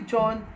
John